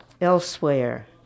Elsewhere